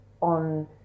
on